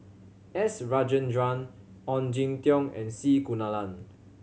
S Rajendran Ong Jin Teong and C Kunalan